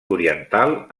oriental